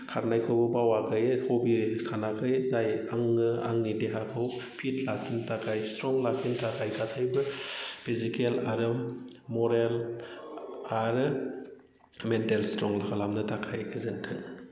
खारनायखौबो बावाखै हबि सानाखै जाय आङो आंनि देहाखौ फिट लाखिनो थाखाय स्ट्रं लाखिनो थाखाय गासैबो फिजिकेल आरो मरेल आरो मेन्टेल स्ट्रं खालामनो थाखाय गोजोन्थों